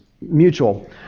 mutual